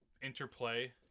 interplay